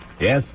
Yes